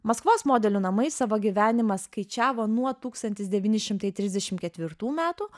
maskvos modelių namai savo gyvenimą skaičiavo nuo tūkstantis devyni šimtai trisdešimt ketvirtų metų